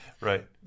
Right